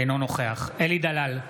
אינו נוכח אלי דלל,